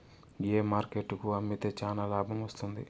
ఏ market కు అమ్మితే చానా లాభం వస్తుంది?